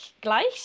Gleich